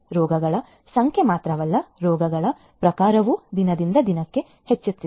ರೋಗಗಳ ಸಂಖ್ಯೆ ಮಾತ್ರವಲ್ಲ ರೋಗಗಳ ಪ್ರಕಾರವೂ ದಿನದಿಂದ ದಿನಕ್ಕೆ ಹೆಚ್ಚುತ್ತಿದೆ